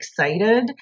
excited